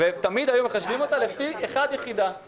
תמיד היו מחשבים אותה לפי יחידה אחת,